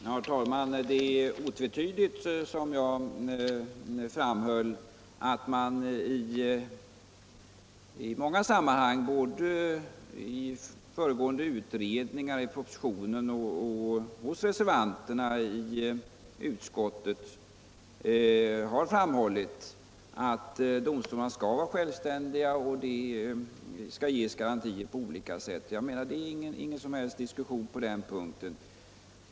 Herr talman! Som jag sade har det i många sammanhang -— i föregående utredningar, i propositionen och av reservanterna i utskottet — framhållits att domstolarna skall vara självständiga och att det på olika sätt skall ges garantier för detta. Det är ingen som helst diskussion på den punkten.